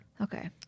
Okay